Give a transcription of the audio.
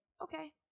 Okay